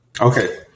Okay